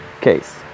case